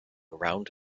round